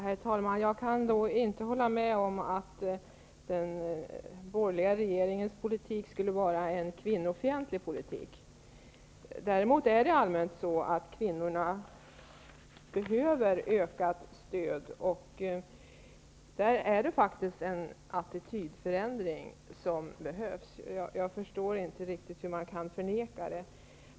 Herr talman! Jag kan inte hålla med om att den borgerliga regeringens politik skulle vara kvinnofientlig. Däremot behöver kvinnorna allmänt sett ökat stöd, och en attitydförändring behövs. Jag förstår inte riktigt hur man kan förneka det.